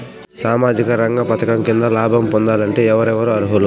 సామాజిక రంగ పథకం కింద లాభం పొందాలంటే ఎవరెవరు అర్హులు?